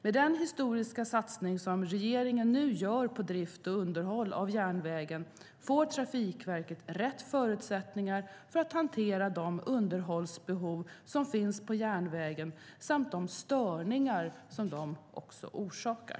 Med den historiska satsning som regeringen nu gör på drift och underhåll av järnvägen får Trafikverket rätt förutsättningar för att hantera de underhållsbehov som finns på järnvägen samt de störningar som de orsakar.